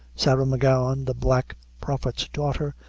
sarah m'gowan, the black prophet's daughter,